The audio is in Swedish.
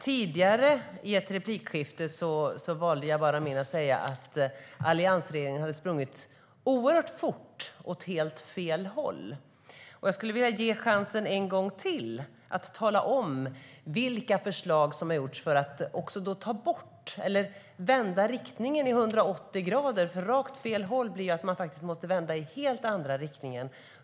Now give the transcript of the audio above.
Tidigare i ett replikskifte valde Jabar Amin att säga att alliansregeringen hade sprungit oerhört fort, men åt helt fel håll. Jag vill ännu en gång ge Jabar Amin chans att tala om vilka förslag som har genomförts för att vända riktningen i 180 grader. Helt fel håll innebär att man måste vända i en helt annan riktning.